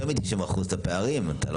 הפריים,